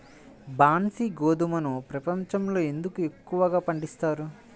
బన్సీ గోధుమను ప్రపంచంలో ఎందుకు ఎక్కువగా పండిస్తారు?